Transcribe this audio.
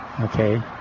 Okay